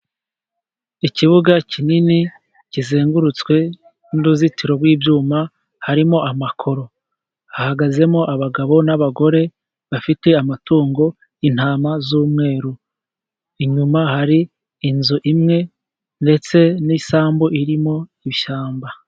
Ikibuga kinini kizengurutswe n'uruzitiro rw'ibyuma, harimo amakoro. Hahagazemo abagabo n'abagore bafite amatungo, intama z'umweru. Inyuma hari inzu imwe ndetse n'isambu irimo ibishyamba.